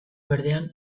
berdean